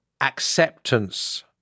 acceptance